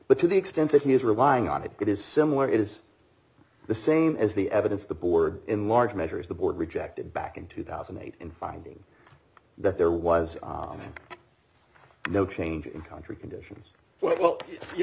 but to the extent that he is relying on it it is similar it is the same as the evidence the board in large measure is the board rejected back in two thousand and eight in finding that there was no change in country conditions well you